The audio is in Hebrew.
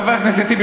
חבר הכנסת טיבי,